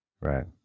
Right